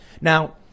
Now